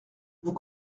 vous